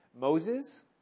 Moses